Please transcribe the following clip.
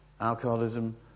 Alcoholism